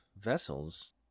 vessels